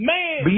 Man